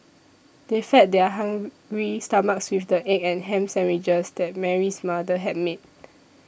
they fed their hungry stomachs with the egg and ham sandwiches that Mary's mother had made